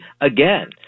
again